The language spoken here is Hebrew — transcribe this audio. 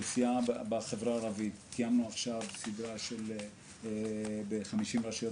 בחברה הערבית קיימנו ב-50 רשויות